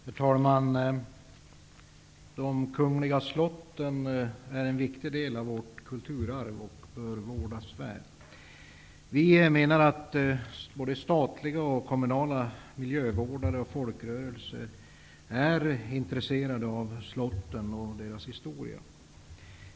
Herr talman! De kungliga slotten är en viktig del av vårt kulturarv och bör vårdas väl. Vi menar att såväl statliga och kommunala miljövårdare som folkrörelser är intresserade av slotten och deras historia.